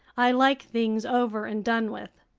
i like things over and done with.